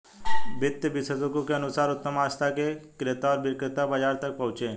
वित्त विशेषज्ञों के अनुसार उत्तम आस्था के लिए क्रेता और विक्रेता बाजार तक पहुंचे